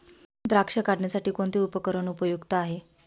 द्राक्ष काढणीसाठी कोणते उपकरण उपयुक्त आहे?